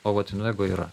o vat invegoj yra